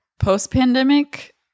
post-pandemic